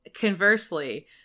conversely